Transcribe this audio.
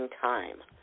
time